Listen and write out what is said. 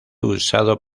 usado